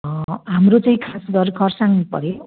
हाम्रो चाहिँ खास घर खर्साङ पर्यो